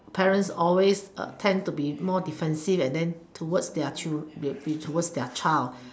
parents always tend to be more defensive and then towards their towards their child